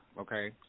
Okay